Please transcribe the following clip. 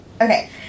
Okay